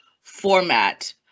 format